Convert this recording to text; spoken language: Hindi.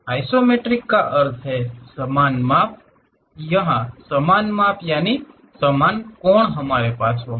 आइसोमेट्रिक का अर्थ है समान माप यहाँ समान माप यानि कोण हमारे पास होंगे